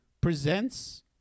presents